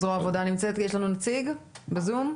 זרוע העבודה, יש לנו נציג בזום?